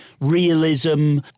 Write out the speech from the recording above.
Realism